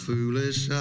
foolish